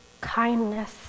kindness